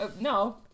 No